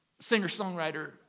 singer-songwriter